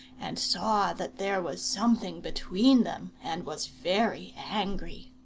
and saw that there was something between them, and was very angry.